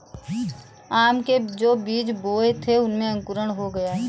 आम के जो बीज बोए थे उनमें अंकुरण हो गया है